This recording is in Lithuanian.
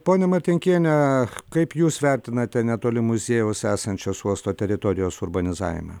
ponia martinkiene kaip jūs vertinate netoli muziejaus esančios uosto teritorijos urbanizavimą